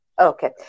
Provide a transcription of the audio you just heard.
okay